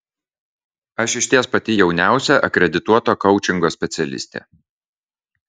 aš išties pati jauniausia akredituota koučingo specialistė